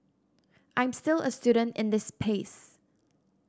I'm still a student in this space